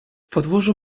podwórzu